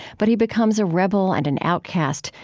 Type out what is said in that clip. but he becomes a rebel and an outcast,